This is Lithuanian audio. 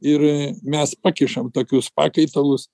ir mes pakišam tokius pakaitalus